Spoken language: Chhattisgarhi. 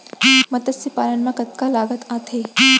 मतस्य पालन मा कतका लागत आथे?